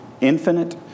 infinite